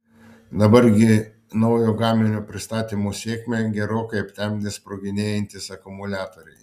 dabar gi naujo gaminio pristatymo sėkmę gerokai aptemdė sproginėjantys akumuliatoriai